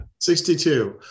62